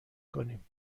کنیم